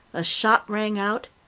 a shot rang out,